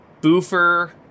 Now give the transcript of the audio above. Boofer